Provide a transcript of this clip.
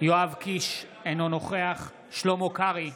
יואב קיש, אינו נוכח שלמה קרעי,